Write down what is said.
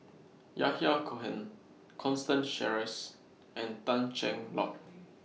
Yahya Cohen Constance Sheares and Tan Cheng Lock